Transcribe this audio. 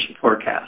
forecast